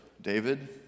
David